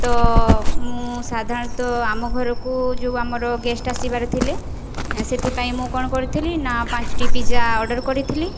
ତ ମୁଁ ସାଧାରଣତଃ ଆମ ଘରକୁ ଯେଉଁ ଆମର ଗେଷ୍ଟ ଆସିବାର ଥିଲେ ସେଥିପାଇଁ ମୁଁ କ'ଣ କରିଥିଲି ନା ପାଞ୍ଚଟି ପିଜ୍ଜା ଅର୍ଡ଼ର୍ କରିଥିଲି